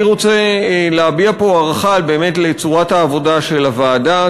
אני רוצה להביע פה הערכה לצורת העבודה של הוועדה,